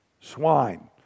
Swine